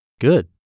Good